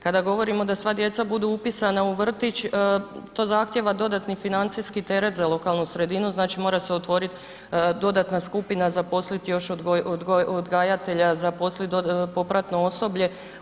Kada govorimo da sva djeca budu upisana u vrtić, to zahtjeva dodatni financijski teret za lokalnu sredinu, znači mora se otvoriti dodatna skupina, zaposliti još odgajatelja, zaposliti popratno osoblje.